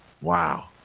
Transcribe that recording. Wow